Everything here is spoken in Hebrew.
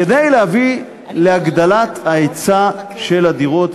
כדי להביא להגדלת ההיצע של הדירות.